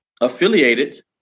affiliated